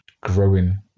growing